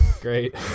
Great